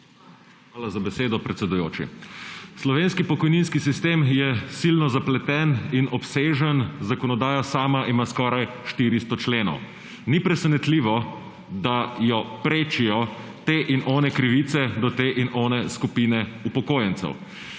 Hvala za besedo, predsedujoči. Slovenski pokojninski sistem je silno zapleten in obsežen, zakonodaja sama ima skoraj 400 členov. Ni presenetljivo, da jo prečijo te in one krivice do te in one skupine upokojencev.